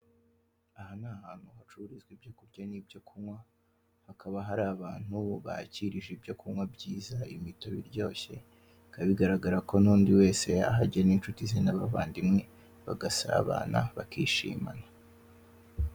Aha ni ahantu hacururizwa ibyo kuryo n'ibyo kunywa, hakaba hari abantu bakirije ibyo kunywa byiza, imitobe iryoshye, bikaba bigaragara ko n'undi wese yahajyana n'incuti ze n'abavandimwe bagasabana bakishimana.